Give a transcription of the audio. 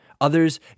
Others